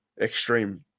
extreme